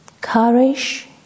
courage